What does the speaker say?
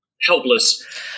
helpless